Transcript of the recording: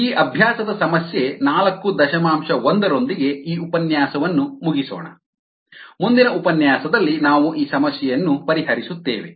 ಈ ಅಭ್ಯಾಸದ ಸಮಸ್ಯೆ ನಾಲ್ಕು ದಶಮಾಂಶ ಒಂದರೊಂದಿಗೆ ಈ ಉಪನ್ಯಾಸವನ್ನು ಮುಗಿಸೋಣ ಮುಂದಿನ ಉಪನ್ಯಾಸದಲ್ಲಿ ನಾವು ಈ ಸಮಸ್ಯೆಯನ್ನು ಪರಿಹರಿಸುತ್ತೇವೆ